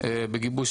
בגיבוש